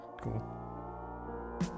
cool